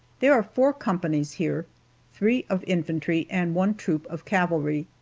there are four companies here three of infantry and one troop of cavalry.